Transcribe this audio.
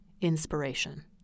inspiration